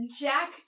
Jack